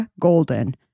Golden